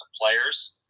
players